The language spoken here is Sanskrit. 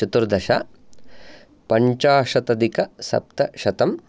चतुर्दश पञ्चाशतधिकसप्तशतम्